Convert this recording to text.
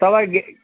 तपाईँ